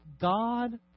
God